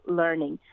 learning